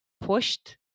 pushed